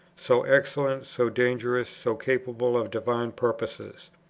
so excellent, so dangerous, so capable of divine purposes.